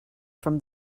from